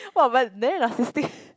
!wah! but very narcisstic